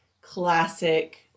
classic